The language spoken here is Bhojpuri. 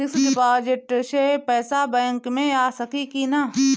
फिक्स डिपाँजिट से पैसा बैक मे आ सकी कि ना?